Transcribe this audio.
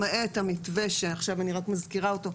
למעט המתווה שעכשיו אני רק מזכירה אותו,